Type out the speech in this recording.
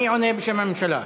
מי עונה לך בשם הממשלה?